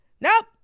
Nope